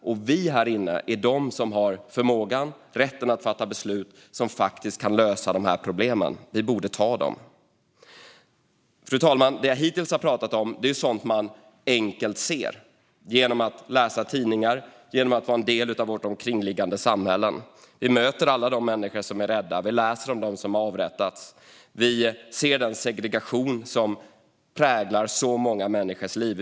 Det är vi här inne som har förmågan och rätten att fatta de beslut som kan lösa problemen, och vi borde göra det. Fru talman! Det jag hittills har pratat om är sådant som man enkelt ser genom att läsa tidningar och vara en del av vårt omkringliggande samhälle. Vi möter alla de människor som är rädda, och vi läser om dem som avrättats. Vi ser den segregation som präglar många människors liv.